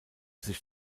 sich